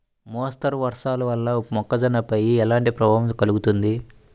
మోస్తరు వర్షాలు వల్ల మొక్కజొన్నపై ఎలాంటి ప్రభావం కలుగుతుంది?